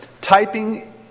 typing